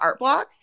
Artblocks